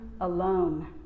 alone